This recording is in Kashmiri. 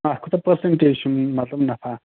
اَتھ کوتاہ پٔرسَنٛٹیج چھِ مَطلَب نَفع